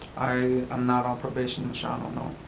i'm not on probation in shawano, no.